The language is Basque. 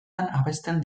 abesten